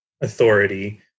authority